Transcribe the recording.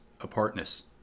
apartness